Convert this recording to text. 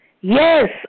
Yes